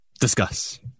Discuss